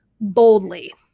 boldly